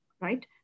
right